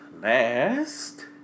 last